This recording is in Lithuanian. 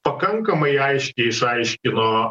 pakankamai aiškiai išaiškino